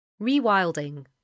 Rewilding